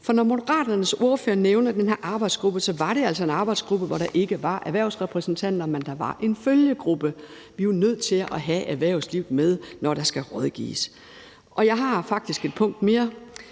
For når Moderaternes ordfører nævner den her arbejdsgruppe, så var det altså en arbejdsgruppe, hvor der ikke var erhvervsrepræsentanter, men der var en følgegruppe. Vi er jo nødt til at have erhvervslivet med, når der skal rådgives. Kl. 20:18 Jeg har faktisk et punkt mere